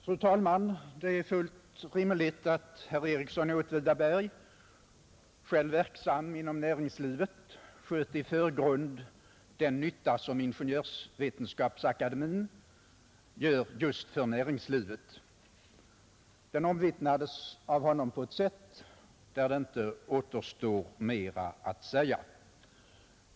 Fru talman! Det är fullt rimligt att herr Ericsson i Åtvidaberg, själv verksam inom näringslivet, sköt i förgrunden den nytta som Ingenjörsvetenskapsakademien gör just för näringslivet. Den omvittnades av honom på ett sådant sätt att det inte återstår mera att säga.